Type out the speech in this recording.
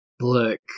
look